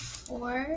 four